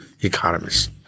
economists